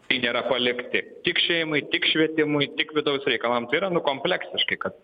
tai nėra palikti tik šeimai tik švietimui tik vidaus reikalam tai yra nu kompleksiškai kad